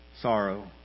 sorrow